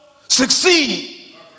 succeed